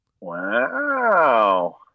Wow